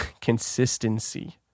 Consistency